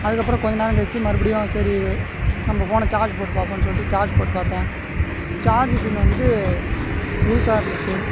அதுக்கு அப்புறம் கொஞ்சம் நேரம் கழித்து மறுபடியும் சரி நம்ம போன் சார்ஜி போட்டு பார்ப்புனு சொல்லிட்டு சார்ஜி போட்டு பார்த்தன் சார்ஜி பின் வந்துட்டு லூசாக இருந்துச்சு